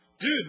Dude